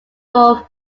wolf